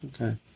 Okay